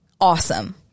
awesome